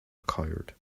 coward